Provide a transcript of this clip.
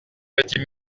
petit